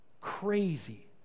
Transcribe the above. Crazy